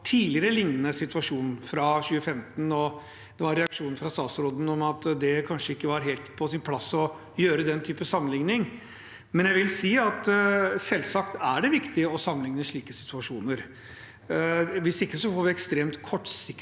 da man pekte på en liknende situasjon fra 2015. Statsrådens reaksjon var at det kanskje ikke var helt på sin plass å gjøre den type sammenligning. Men jeg vil si at selvsagt er det viktig å sammenligne slike situasjoner, hvis ikke får vi et ekstremt kortsiktig